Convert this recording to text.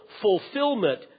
fulfillment